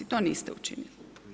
To niste učinili.